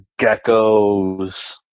geckos